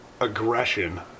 aggression